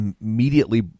Immediately